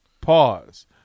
Pause